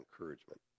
encouragement